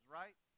right